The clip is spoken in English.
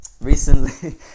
Recently